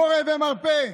מורה ומרפא.